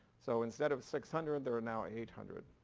so instead of six hundred there are now at eight hundred.